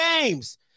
games